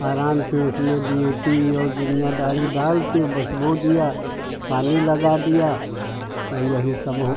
आराम से उसमें डी ए पी और दुनियादारी डालकर बस बो दिया पानी लगा दिया और यही सब हो